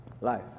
life